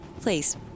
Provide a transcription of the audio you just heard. Please